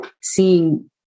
seeing